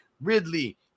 Ridley